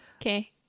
Okay